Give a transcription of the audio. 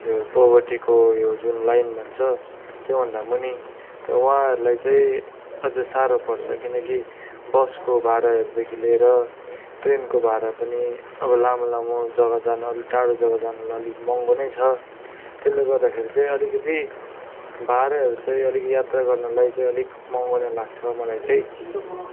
यो पोभर्टीको यो जुन लाइन भन्छ त्योभन्दा मुनि त्यो वहाँहरूलाई चाहिँ अझ साह्रो पर्छ किनकि बसको भाडाहरूदेखि लिएर ट्रेनको भाडा पनि अब लामो लामो जग्गा जान अलिक टाडो जग्गा जानलाई अलिक महँगो नै छ त्यसले गर्दाखेरि चाहिँ अलिकिति भाडाहरू चाहिँ अलिक यात्रा गर्नलाई चाहिँ अलिक महँगो नै लाग्छ मलाई चाहिँ